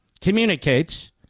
communicates